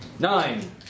Nine